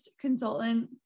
consultant